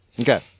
Okay